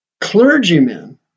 clergymen